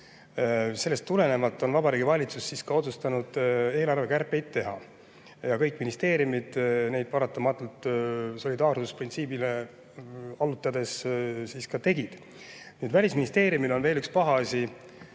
Sellest tulenevalt on Vabariigi Valitsus otsustanud eelarvekärpeid teha. Kõik ministeeriumid neid paratamatult solidaarsusprintsiibile toetudes ka tegid. Välisministeeriumil on veel üks paha